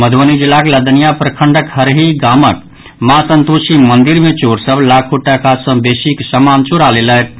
मधुबनी जिलाक लदनियां प्रखंडक हरही गामक माँ संतोषी मंदिर मे चोर सभ लाखो टाका सँ बेसीक समान चुरा लेलक अछि